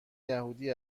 یهودی